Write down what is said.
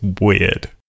weird